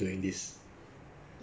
haven't haven't still got like